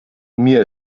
mir